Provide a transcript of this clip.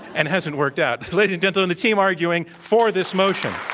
and it hasn't worked out. ladies and gentlemen, the team arguing for this motion.